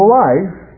life